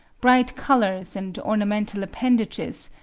bright colours and ornamental appendages,